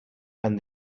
and